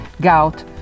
gout